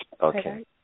Okay